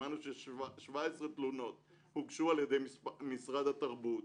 שמענו ש-17 תלונות הוגשו על-ידי משרד התרבות.